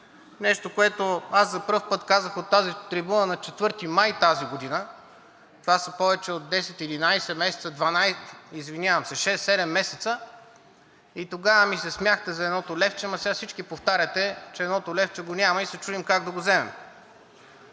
нещо, което за пръв път казах от тази трибуна на 4 май тази година, това са повече от 6 –7 месеца, и тогава ми се смяхте за едното левче, ама сега всички повтаряте, че едното левче го няма и се чудим как да го вземем.